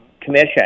commission